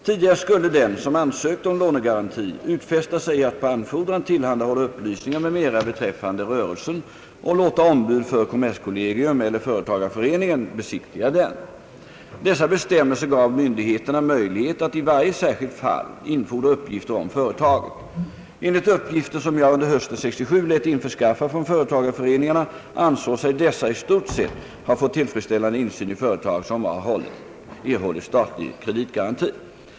Tidigare skulle den som ansökte om lånegaranti utfästa sig att på anfordran tillhandahålla upplysningar m.m. beträffande rörelsen och låta ombud för kommerskollegium eller företagareför eningen besiktiga den. Dessa bestämmelser gav myndigheterna möjlighet att i varje särskilt fall infordra uppgifter om företaget. Enligt uppgifter som jag under hösten 1967 lät införskaffa från företagareföreningarna ansåg sig dessa i stort sett ha fått tillfredsställande insyn i företag som har erhållit statlig kreditgaranti.